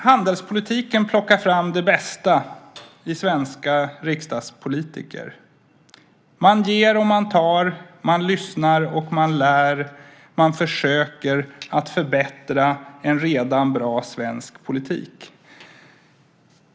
Handelspolitiken plockar fram det bästa i svenska riksdagspolitiker. Man ger och man tar. Man lyssnar och man lär. Man försöker förbättra en redan bra svensk politik.